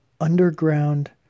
underground